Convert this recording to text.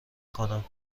کنم